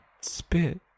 spit